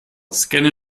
scanne